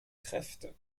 kräfte